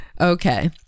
Okay